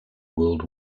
world